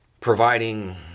providing